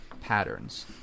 patterns